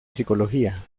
psicología